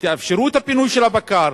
תאפשרו את הפינוי של הבקר,